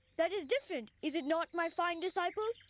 that is different, is it not my fine disciple?